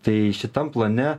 tai šitam plane